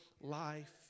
life